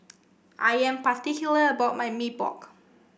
I am particular about my Mee Pok